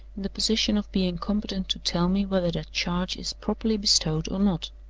the position of being competent to tell me whether that charge is properly bestowed or not.